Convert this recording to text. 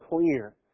clear